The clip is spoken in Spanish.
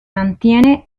mantiene